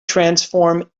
transform